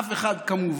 אף אחד, כמובן,